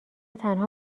تنها